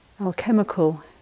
alchemical